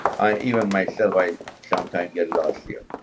i, even myself, i sometimes get lost here.